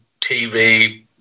TV